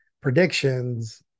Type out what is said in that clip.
predictions